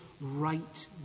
right